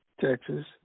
Texas